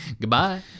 goodbye